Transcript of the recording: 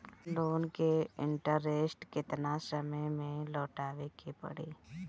Loan के interest केतना समय में लौटावे के पड़ी?